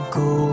go